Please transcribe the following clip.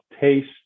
taste